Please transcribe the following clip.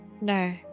No